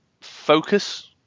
focus